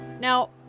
Now